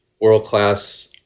world-class